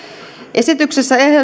esityksessä